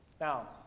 Now